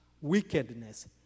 wickedness